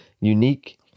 unique